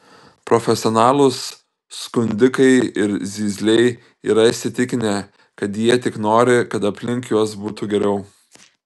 profesionalūs skundikai ir zyzliai yra įsitikinę kad jie tik nori kad aplink juos būtų geriau